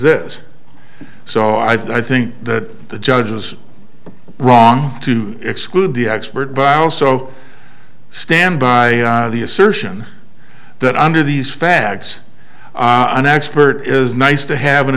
this so i think that the judge was wrong to exclude the expert but i also stand by the assertion that under these facts an expert is nice to have an